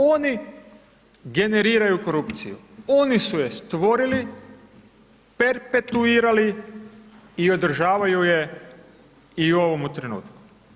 Oni generiraju korupciju, oni su je stvorili, perpetuirali i održavaju je i u ovome trenutku.